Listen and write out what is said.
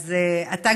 אתה,